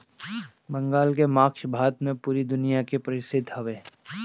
बंगाल के माछ भात पूरा दुनिया में परसिद्ध हवे